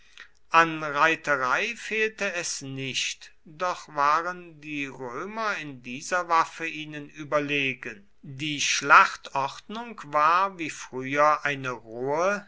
an reiterei fehlte es nicht doch waren die römer in dieser waffe ihnen überlegen die schlachtordnung war wie früher eine rohe